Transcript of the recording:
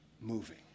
moving